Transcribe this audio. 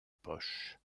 poche